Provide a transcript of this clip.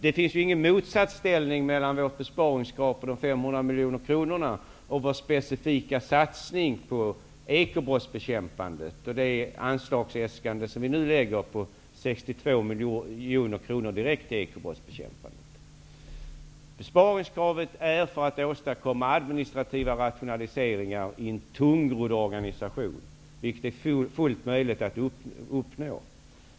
Det finns ju ingen motsatsställning mellan vårt besparingskrav på 500 miljoner kronor och vår specifika satsning på ekobrottsbekämpningen -- och det anslagsäskande på 62 miljoner kronor som vi nu lägger fram. Besparingskravet är till för att man skall åstadkomma administrativa rationaliseringar i en tungrodd organisation. Det är fullt möjligt att uppnå detta.